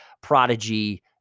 prodigy